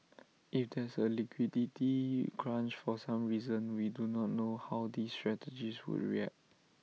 if there's A liquidity crunch for some reason we do not know how these strategies would react